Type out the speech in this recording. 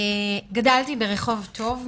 גדלתי ברחוב טוב,